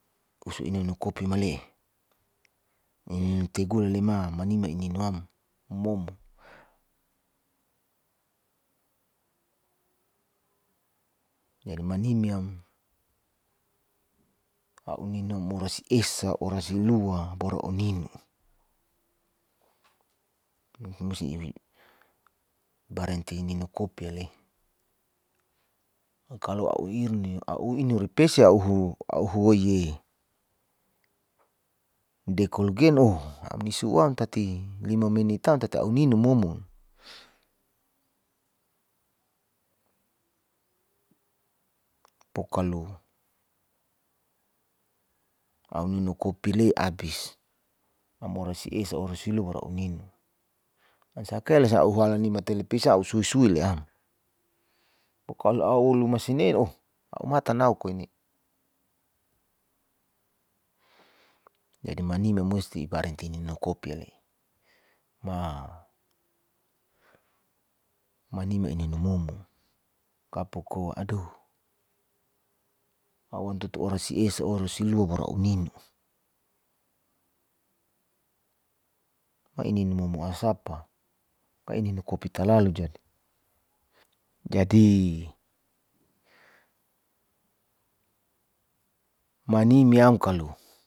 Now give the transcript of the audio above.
Usu ininu kopi male'e nininu tegula lema manime ininu am momo le imanimyam a'u ninu morasi esa, orasi lua baru a'u ninu musi ibarenti ninu kopi ale, kalo a'u irne a'u rinu repesi a'u huwoi dekolgen oh amnisuan tati lima menit tan tati a'u ninu momo, pokalo a'u ninu kopi le abis a'u morasi esa orasi lua baru a'u ninu, ansakele sau hualan ni ma telepisa a'u suisui leam, pokalo a'i lu masine oh a'u matan nau koine, jadi manime musti ibarenti ninu kopi ale'e, manime ininu momo kapo koa adoh a'u am tutu oras esa, orasi lua baru a'u ninu ma ininu momo asapa ka'e ininu kopi talalu jadi. Jadi manimyam kalo